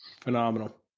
Phenomenal